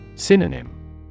Synonym